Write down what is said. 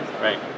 right